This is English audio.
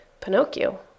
Pinocchio